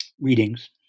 readings